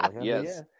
Yes